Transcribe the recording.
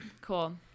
cool